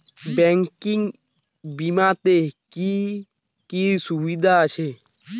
Banking বিমাতে কি কি সুবিধা আছে?